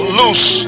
loose